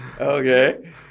okay